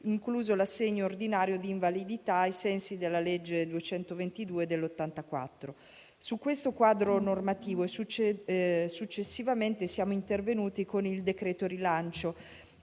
incluso l'assegno ordinario di invalidità ai sensi della legge n. 222 del 1984. Su questo quadro normativo successivamente siamo intervenuti con il decreto rilancio.